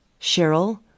Cheryl